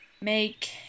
make